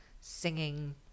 singing